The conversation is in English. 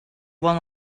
one